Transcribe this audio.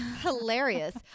hilarious